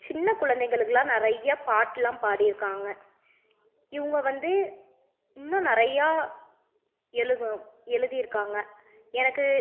சின்ன குழந்தைங்களுக்குலாம் நிறைய பாட்டெலாம் பாடி இருக்காங்கள் இவங்க வந்து இன்னும் நிறையா எழுதும் எழுதி இருக்காங்கள் எனக்கு